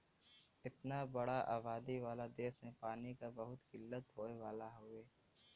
इतना बड़ा आबादी वाला देस में पानी क बहुत किल्लत होए वाला हउवे